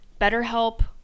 BetterHelp